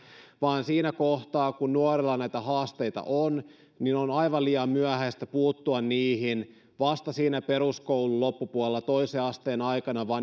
vaan siinä kohtaa kun nuorella näitä haasteita on on aivan liian myöhäistä puuttua niihin vasta siinä peruskoulun loppupuolella toisen asteen aikana ja